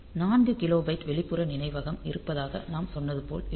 எனவே 4 கிலோபைட் வெளிப்புற நினைவகம் இருப்பதாக நாம் சொன்னது போல இருக்கும்